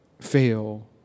fail